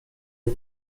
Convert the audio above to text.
jak